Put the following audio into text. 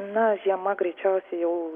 na žiema greičiausiai jau